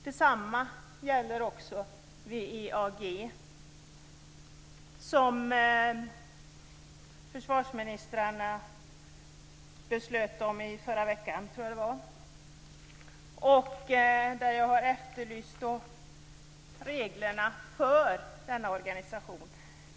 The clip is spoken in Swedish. Detsamma gäller också WEAG, som försvarsministrarna beslöt om i förra veckan, tror jag det var. Jag har efterlyst reglerna för denna organisation.